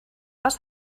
was